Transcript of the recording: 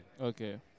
Okay